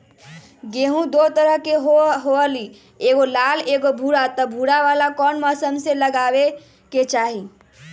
गेंहू दो तरह के होअ ली एगो लाल एगो भूरा त भूरा वाला कौन मौसम मे लगाबे के चाहि?